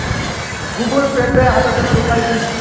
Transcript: Google পেতে আবেদনের উপায় কি?